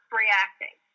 reacting